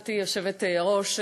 גברתי היושבת-ראש,